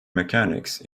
mechanics